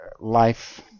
life